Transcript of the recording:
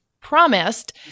promised